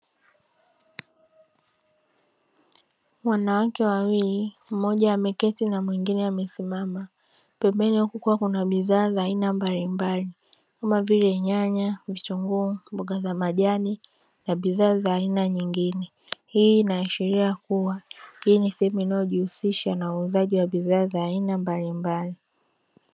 Wanawake wawili mmoja ameketi na mwingine amesimama pembeni kukiwa kuna bidhaa za aina mbalimbali kama vile nyanya, vitunguu, mboga za majani na bidhaa za aina nyingine ,hii inaashiria kuwa hii ni sehemu inayojihusisha na uuzaji wa bidhaa za aina mbalimbali.